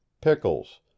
pickles